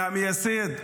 מהמייסד,